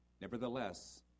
Nevertheless